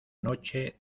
noche